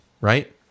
Right